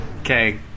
okay